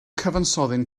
cyfansoddyn